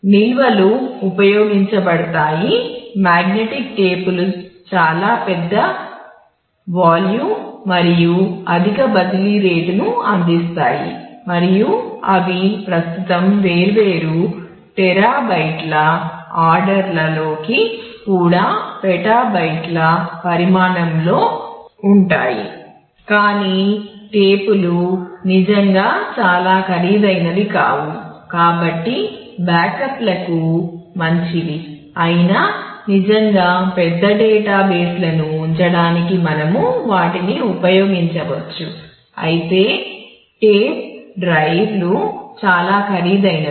నిల్వలు ఉపయోగించబడతాయి మాగ్నెటిక్ టేపులులు చాలా ఖరీదైనవి